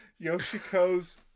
Yoshiko's